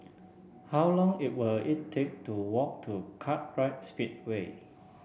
how long it will it take to walk to Kartright Speedway